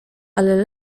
ale